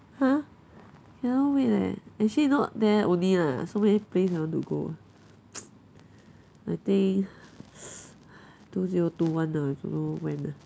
!huh! cannot wait leh actually not there only lah so many place I want to go I think two zero two one lah I don't know when ah